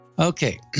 Okay